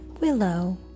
Willow